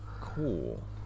Cool